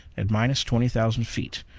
at minus twenty thousand feet,